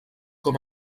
com